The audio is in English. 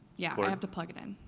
yeah, i have to plug it in.